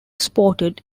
sported